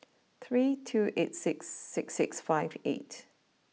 three two eight six six six five eight